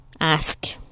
ask